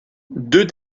deux